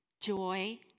joy